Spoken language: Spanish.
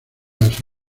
las